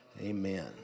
amen